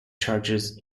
charges